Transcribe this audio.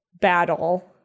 battle